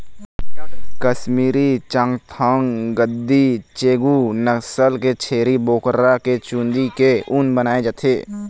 कस्मीरी, चाँगथाँग, गद्दी, चेगू नसल के छेरी बोकरा के चूंदी के ऊन बनाए जाथे